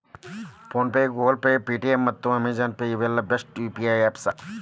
phone pay, Google Pay, Paytm ಮತ್ತ Amazon Pay ಇವೆಲ್ಲ best UPI apps